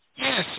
Yes